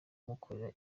kumukorera